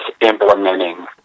implementing